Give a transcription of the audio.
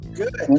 good